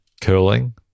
Curling